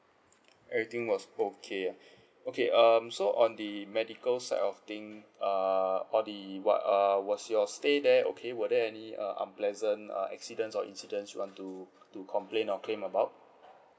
everything was okay okay um so on the medical side of thing uh all the what uh was your stay there okay were there any uh unpleasant uh accidents or incidents you want to to complain or claim about